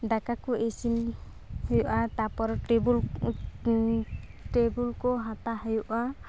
ᱫᱟᱠᱟ ᱠᱚ ᱤᱥᱤᱱ ᱦᱩᱭᱩᱜᱼᱟ ᱛᱟᱯᱚᱨ ᱴᱮᱵᱩᱞ ᱴᱮᱵᱳᱞ ᱠᱚ ᱦᱟᱛᱟᱣ ᱦᱩᱭᱩᱜᱼᱟ